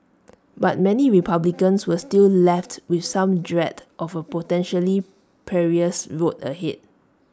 but many republicans were still left with some dread of A potentially perilous road ahead